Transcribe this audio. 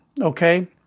okay